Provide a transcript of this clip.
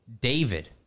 David